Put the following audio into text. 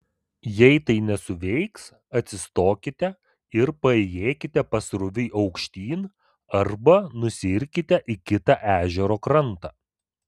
jei tai nesuveiks atsistokite ir paėjėkite pasroviui aukštyn arba nusiirkite į kitą ežero krantą